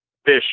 Fish